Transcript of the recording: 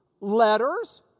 letters